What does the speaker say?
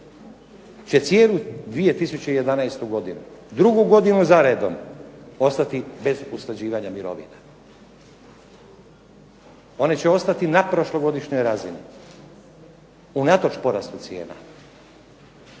će cijelu 2011. godinu, drugu godinu za redom, ostati bez usklađivanja mirovina. One će ostati na prošlogodišnjoj razini, unatoč porastu cijena.